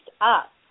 up